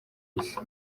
isi